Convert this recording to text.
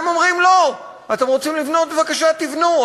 הם אומרים: לא, אתם רוצים לבנות, בבקשה, תבנו.